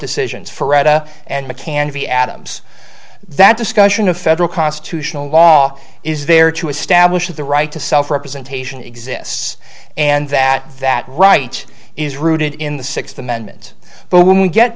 decisions for reta and mccann v adams that discussion of federal constitutional law is there to establish that the right to self representation exists and that that right is rooted in the sixth amendment but when we get